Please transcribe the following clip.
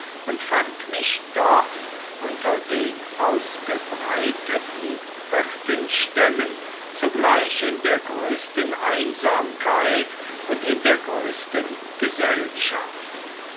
und fand mich dort unter den ausgebreiteten hirtenstämmen zugleich in der größten einsamkeit und in der größten gesellschaft